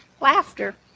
laughter